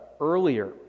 earlier